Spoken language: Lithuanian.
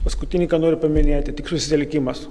paskutinį ką noriu paminėti tik susitelkimas